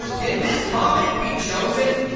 can this comment be chosen?